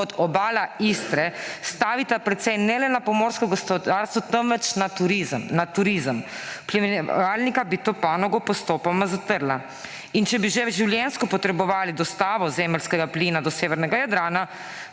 kot obala Istre precej stavita ne le na pomorsko gospodarstvo, temveč na turizem. Na turizem. Uplinjevalnika bi to panogo postopoma zatrla. In če bi že življenjsko potrebovali dostavo zemeljskega plina do severnega Jadrana